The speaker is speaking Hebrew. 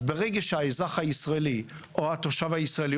אז ברגע שהאזרח הישראלי או התושב הישראלי